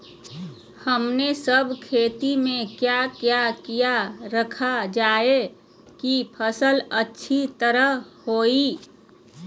हमने सब खेती में क्या क्या किया रखा जाए की फसल अच्छी तरह होई?